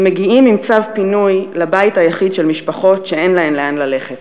שמגיעים עם צו פינוי לבית היחיד של משפחות שאין להן לאן ללכת.